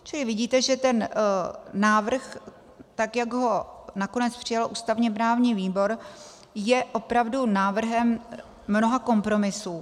Čili vidíte, že ten návrh, jak ho nakonec přijal ústavněprávní výbor, je opravdu návrhem mnoha kompromisů.